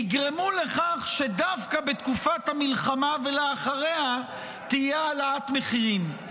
יגרמו לכך שדווקא בתקופת המלחמה ולאחריה תהיה העלאת מחירים.